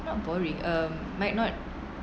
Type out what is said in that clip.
not boring uh might not